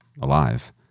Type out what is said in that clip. alive